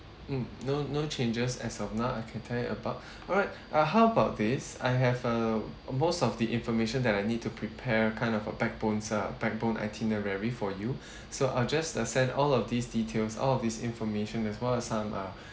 mm no no changes as of now I can tell you about alright uh how about this I have uh most of the information that I need to prepare kind of a backbones ah backbone itinerary for you so I'll just uh send all of these details all of these information as well as some uh